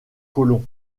colons